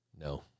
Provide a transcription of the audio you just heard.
No